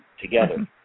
together